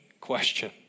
question